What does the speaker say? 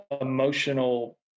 emotional